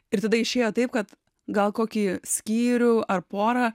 ir tada išėjo taip kad gal kokį skyrių ar porą